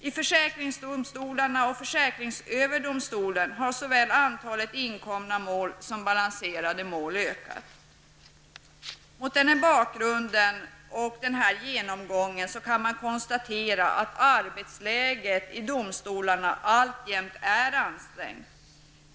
I försäkringsdomstolarna och i försäkringsöverdomstolen har såväl antalet inkomna mål som balanserade mål ökat. Mot denna bakgrund och mot bakgrund av den här genomgången kan man konstatera att arbetsläget i domstolarna alltjämt är ansträngt.